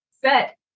Set